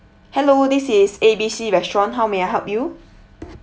hello this is A B C restaurant how may I help you